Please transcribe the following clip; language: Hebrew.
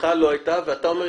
שיחה לא הייתה ואתה אומר,